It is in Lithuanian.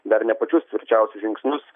dar ne pačius tvirčiausius žingsnius